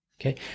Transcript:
okay